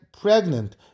pregnant